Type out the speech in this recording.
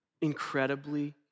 incredibly